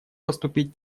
поступить